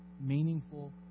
meaningful